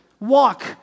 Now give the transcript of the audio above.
walk